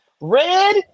Red